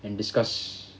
and discuss